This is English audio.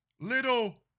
little